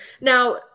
Now